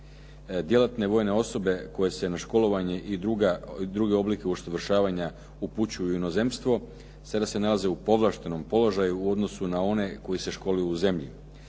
Djelatne vojne osobe koje se na školovanje i druge oblike usavršavanju upućuju u inozemstvo, sada se nalaze u povlaštenom položaju u odnosu na one koji se školuju u zemlji.